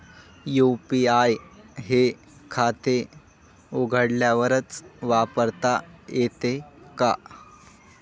UPI हे खाते उघडल्यावरच वापरता येते का?